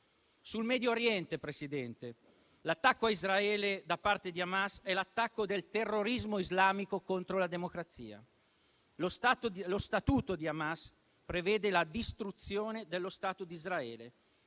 Sul Medio Oriente, Presidente, l'attacco a Israele da parte di Hamas è l'attacco del terrorismo islamico contro la democrazia. Lo statuto di Hamas prevede la distruzione dello Stato di Israele.